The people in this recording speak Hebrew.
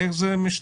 איך זה משתלב?